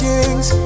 Kings